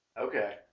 Okay